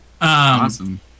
Awesome